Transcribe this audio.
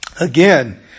again